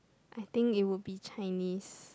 I think it would be Chinese